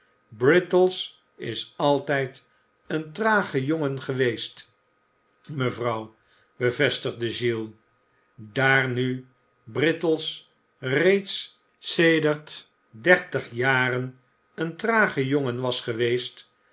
brittles is a tljd een trage jongen geweest mevrouw bevestigde giles daar nu brittles reeds sedert dertig jaren een trage jongen was geweest